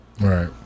Right